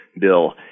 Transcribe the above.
bill